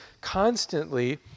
constantly